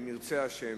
אם ירצה השם,